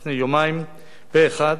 לפני יומיים, פה אחד.